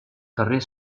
carrer